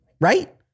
right